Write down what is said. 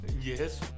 Yes